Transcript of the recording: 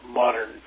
modern